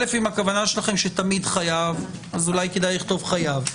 אם הכוונה שלכם שתמיד חייב, אולי כדאי לכתוב חייב.